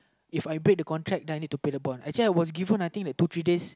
If I break the contract then I need to pay the bond actually I was given I think the two three days